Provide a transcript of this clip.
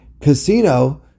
casino